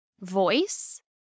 voice